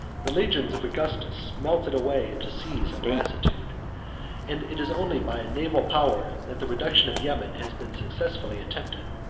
the legions of augustus melted away in disease and lassitude and it is only by a naval power that the reduction of yemen has been successfully attempted.